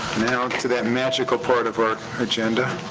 now to that magical part of our agenda.